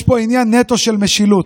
יש פה עניין נטו של משילות.